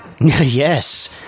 yes